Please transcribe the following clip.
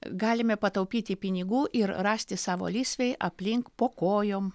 galime pataupyti pinigų ir rasti savo lysvėj aplink po kojom